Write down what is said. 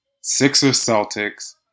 Sixers-Celtics